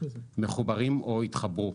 מחוברים או התחברו.